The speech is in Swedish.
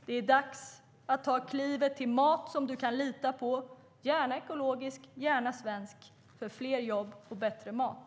Det är dags att ta klivet till mat som du kan lita på - gärna ekologisk och gärna svensk. På så sätt får vi fler jobb och bättre mat.